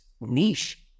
niche